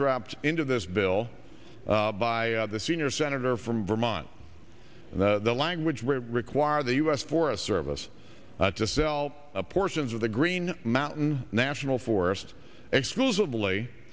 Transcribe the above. airdropped into this bill by the senior senator from vermont and the language require the u s forest service to sell a portions of the green mountain national forest exclusively